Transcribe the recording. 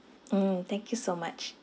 mm thank you so much